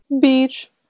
Beach